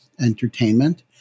entertainment